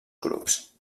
grups